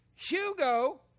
Hugo